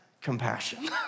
compassion